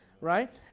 Right